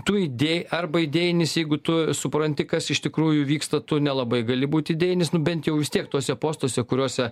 tu idėj arba idėjinis jeigu tu supranti kas iš tikrųjų vyksta tu nelabai gali būt idėjinis nu bent jau vis tiek tuose postuose kuriuose